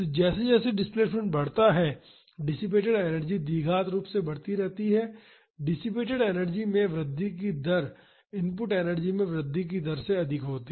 जैसे जैसे डिस्प्लेसमेंट बढ़ता है डिसिपेटड एनर्जी द्विघात रूप से बढ़ती रहती है डिसिपेटड एनर्जी में वृद्धि की दर इनपुट एनर्जी में वृद्धि की दर से अधिक होती है